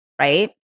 right